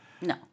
No